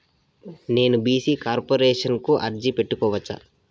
నేను BC corporation కు అర్జీ పెట్టుకోవచ్చా?